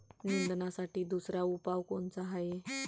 निंदनासाठी दुसरा उपाव कोनचा हाये?